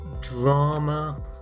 drama